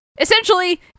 Essentially